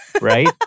right